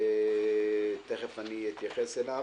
תכף אתייחס אליו.